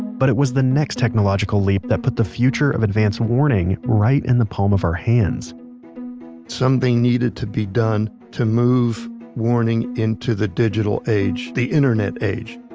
but it was the next technological leap that put the future of advanced warning right in the palm of our hands something needed to be done to move warning into the digital age, the internet age.